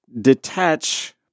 detach